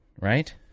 right